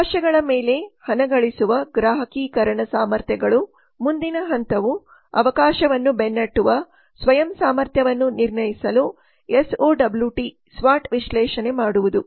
ಅವಕಾಶಗಳ ಮೇಲೆ ಹಣ ಗಳಿಸುವ ಗ್ರಾಹಕೀಕರಣ ಸಾಮರ್ಥ್ಯಗಳು ಮುಂದಿನ ಹಂತವು ಅವಕಾಶವನ್ನು ಬೆನ್ನಟ್ಟುವ ಸ್ವಯಂ ಸಾಮರ್ಥ್ಯಗಳನ್ನು ನಿರ್ಣಯಿಸಲು ಸ್ವಾಟ್ ವಿಶ್ಲೇಷಣೆ ಮಾಡುವುದು